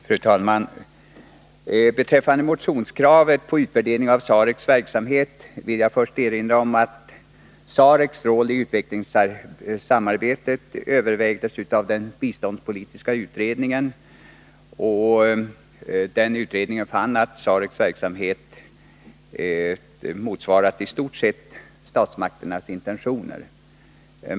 Fru talman! Beträffande motionskravet på utvärdering av SAREC:s verksamhet vill jag först erinra om att SAREC:s roll i utvecklingssamarbetet övervägdes av den biståndspolitiska utredningen och att denna utredning fann att SAREC:s verksamhet i stort sett motsvarat statsmakternas intentioner.